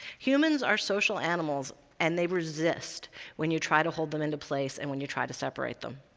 humans are social animals, and they resist when you try to hold them into place and when you try to separate them.